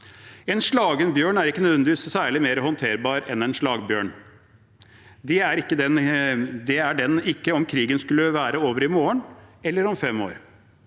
En slagen bjørn er ikke nødvendigvis særlig mer håndterbar enn en slagbjørn. Det er den ikke om krigen skulle være over i morgen eller om fem år.